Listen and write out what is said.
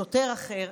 שוטר אחר,